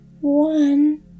one